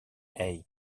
hey